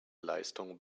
leistung